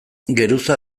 geruza